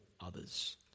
others